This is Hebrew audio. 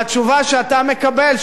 והתשובה שאתה מקבל,